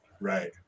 Right